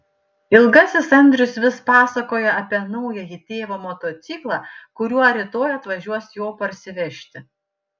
ilgasis andrius vis pasakojo apie naująjį tėvo motociklą kuriuo rytoj atvažiuos jo parsivežti